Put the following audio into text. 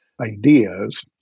ideas